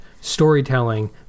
storytelling